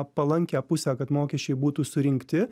palankią pusę kad mokesčiai būtų surinkti